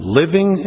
living